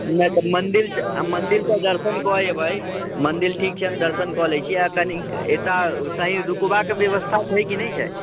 नहि तऽ मन्दिर मन्दिर पर दर्शन कऽ एबै मन्दिर ठीक छै हम दर्शन कऽ लै छी आ कनिक एतऽ कहींँ रुकबाक वयबस्था छै कि नहि छै